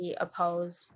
opposed